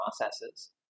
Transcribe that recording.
processes